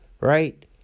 right